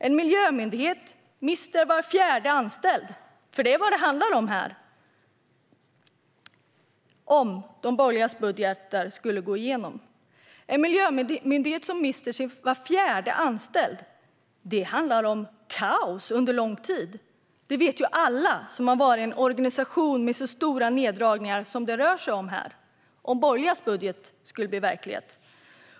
En miljömyndighet mister var fjärde anställd, för det är vad det handlar om här, om de borgerligas budgetar skulle gå igenom. Det handlar om kaos under lång tid. Det vet alla som har varit i en organisation med så stora neddragningar som det rör sig om här, om de borgerligas budgetar skulle bli verklighet.